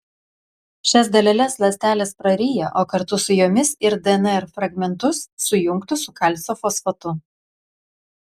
šias daleles ląstelės praryja o kartu su jomis ir dnr fragmentus sujungtus su kalcio fosfatu